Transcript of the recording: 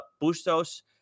Bustos